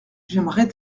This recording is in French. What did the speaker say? j’aimerai